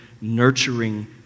nurturing